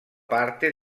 parte